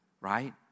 right